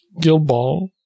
Gilball